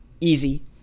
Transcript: Easy